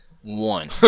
One